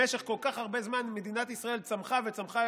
במשך כל כך הרבה זמן מדינת ישראל צמחה וצמחה.